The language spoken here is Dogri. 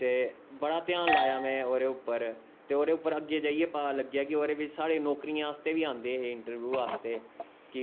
ते बड़ा ध्यान लाया में ओह्दे उप्पर ते ओह्दे उप्पर अग्गें जाईयै पता लग्गेआ कि साढ़े नौकरियें आस्ते बी आंदे हे इन्ट्रव्यू आस्ते कि